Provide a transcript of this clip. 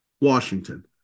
Washington